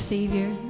Savior